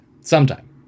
Sometime